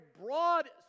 broad